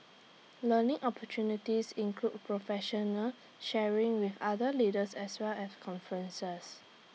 learning opportunities include professional sharing with other leaders as well as conferences